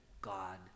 God